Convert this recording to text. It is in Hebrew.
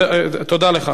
תודה לך.